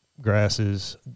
grasses